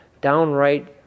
downright